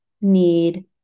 need